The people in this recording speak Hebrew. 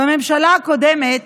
בממשלה הקודמת